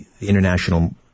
international